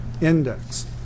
index